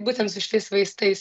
būtent su šitais vaistais